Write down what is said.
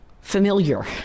familiar